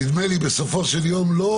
נדמה לי, בסופו של יום לא